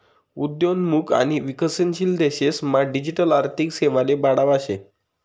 उद्योन्मुख आणि विकसनशील देशेस मा डिजिटल आर्थिक सेवाले बढावा शे